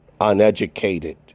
uneducated